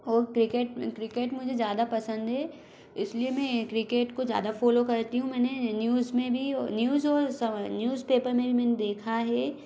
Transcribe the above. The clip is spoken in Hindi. और क्रिकेट क्रिकेट मुझे ज़्यादा पसंद है इस लिए मैं क्रिकेट को ज़्यादा फ़ोलो करती हूँ मैंने न्यूज़ में भी न्यूज़ और न्यूज़पेपर भी मैंने देखा है